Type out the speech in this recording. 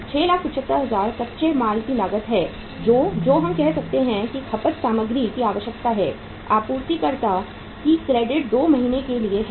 675000 कच्चे माल की लागत है जो हम कह सकते हैं कि खपत सामग्री की आवश्यकता है आपूर्तिकर्ता की क्रेडिट 2 महीने के लिए है